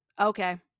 Okay